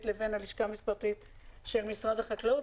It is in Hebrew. לבין הלשכה המשפטית של משרד החקלאות,